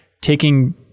taking